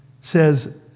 says